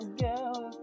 girl